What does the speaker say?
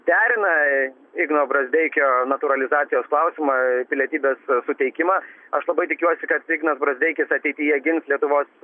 derina igno brazdeikio natūralizacijos klausimą pilietybės suteikimą aš labai tikiuosi kad ignas brazdeikis ateityje gins lietuvos